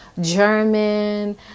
german